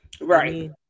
Right